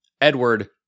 Edward